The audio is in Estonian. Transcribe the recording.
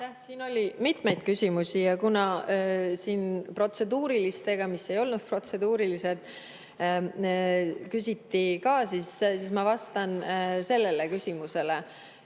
Siin oli mitmeid küsimusi ja kuna siin protseduurilistega, mis ei olnud protseduurilised, küsiti ka, siis ma vastan sellele küsimusele.